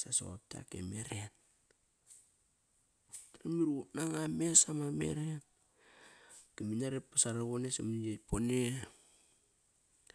Sa soqop tak e meren, ma ruqup nanga mes ama meren. Ki me ngia ret ba sarovone samani et pone.